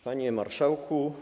Panie Marszałku!